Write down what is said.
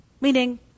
meaning